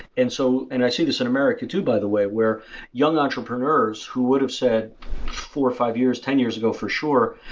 and so and i say this is and america too, by the way, where young entrepreneurs who would have said four, five years, ten years ago for sure,